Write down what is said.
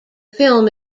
film